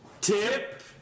tip